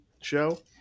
show